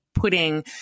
putting